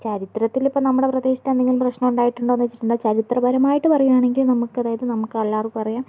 ചരിത്രത്തിൽ ഇപ്പം നമ്മുടെ പ്രദേശത്ത് എന്തെങ്കിലും പ്രശ്നമുണ്ടായിട്ടുണ്ടോയെന്ന് വച്ചിട്ടുണ്ടെങ്കിൽ ചരിത്രപരമായിട്ട് പറയുകയാണെങ്കിൽ നമ്മൾക്ക് അതായത് നമ്മൾക്കെല്ലാവർക്കും അറിയാം